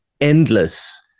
endless